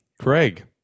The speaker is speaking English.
Craig